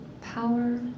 power